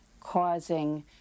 causing